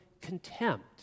contempt